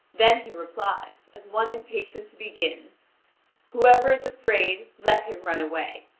then he replies, as one impatient to begin whoever is afraid, let him run away!